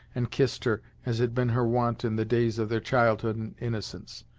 and kissed her, as had been her wont in the days of their childhood and innocence.